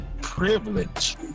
privilege